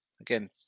Again